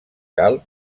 calb